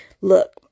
Look